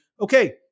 okay